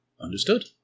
Understood